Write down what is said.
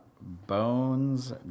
bones